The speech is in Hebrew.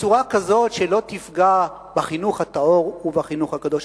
בצורה כזאת שלא תפגע בחינוך הטהור ובחינוך הקדוש.